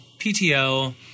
PTO